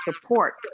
support